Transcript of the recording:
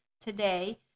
today